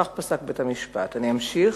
כך פסק בית-המשפט, אני אמשיך,